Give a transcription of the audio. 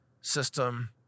system